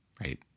right